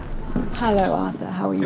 hello arthur, how are you?